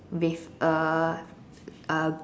with a a